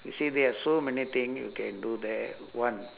you see there are so many thing you can do there one